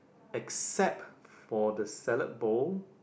except for the salad bowl